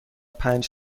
پنج